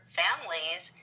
families